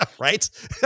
Right